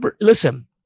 Listen